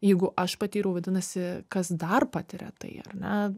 jeigu aš patyriau vadinasi kas dar patiria tai ar ne